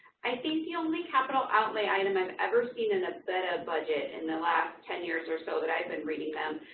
i think the only capital outlay item i've and ever seen in a beda budget, in the last ten years or so that i've been reading them,